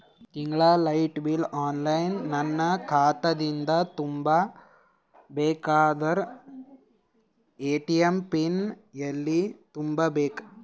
ತಿಂಗಳ light bill online ನನ್ನ ಖಾತಾ ದಿಂದ ತುಂಬಾ ಬೇಕಾದರ ಎ.ಟಿ.ಎಂ ಪಿನ್ ಎಲ್ಲಿ ತುಂಬೇಕ?